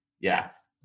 Yes